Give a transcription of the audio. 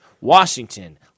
Washington